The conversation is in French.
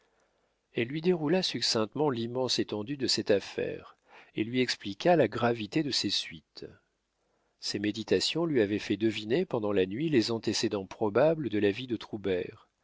elle lui déroula succinctement l'immense étendue de cette affaire et lui expliqua la gravité de ses suites ses méditations lui avaient fait deviner pendant la nuit les antécédents probables de la vie de